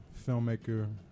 filmmaker